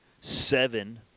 seven